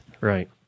right